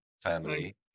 family